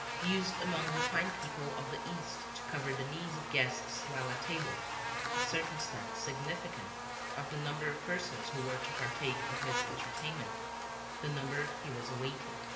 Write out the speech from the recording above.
used among refined people of the east to cover the knees of guests while at table a circumstance significant of the number of persons who were to partake of his entertainment the number he was awaiting.